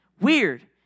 Weird